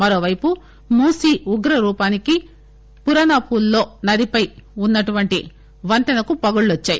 మరోవైపు మూసీ ఉగ్రరూపానికి పురానాపూల్లో నదిపై ఉన్న వంతెనకు పగుళ్లు వచ్చాయి